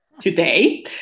today